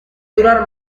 durar